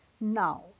Now